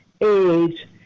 age